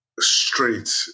straight